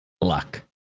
luck